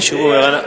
לי יש הזכות לדבר,